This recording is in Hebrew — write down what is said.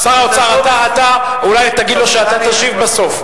שר האוצר, אתה אולי תגיד לו שאתה תשיב בסוף.